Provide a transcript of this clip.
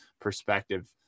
perspective